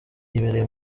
yibereye